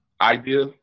idea